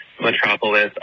metropolis